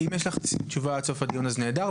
אם יש לך תשובה עד סוף הדיון, אז נהדר.